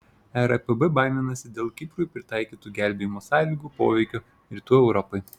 erpb baiminasi dėl kiprui pritaikytų gelbėjimo sąlygų poveikio rytų europai